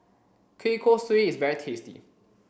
Kueh Kosui is very tasty